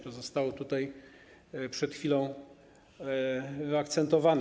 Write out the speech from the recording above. To zostało tutaj przed chwilą zaakcentowane.